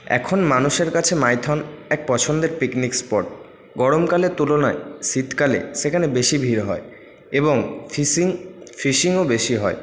এখন মানুষের কাছে মাইথন এক পছন্দের পিকনিক স্পট গরমকালের তুলনায় শীতকালে সেখানে বেশি ভিড় হয় এবং ফিশিং ফিশিংও বেশি হয়